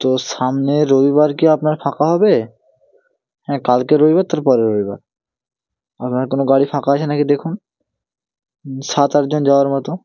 তো সামনের রবিবার কি আপনার ফাঁকা হবে হ্যাঁ কালকের রবিবার তারপরের রবিবার আপনার কোনও গাড়ি ফাঁকা আছে না কি দেখুন সাত আট জন যাওয়ার মতো